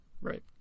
Right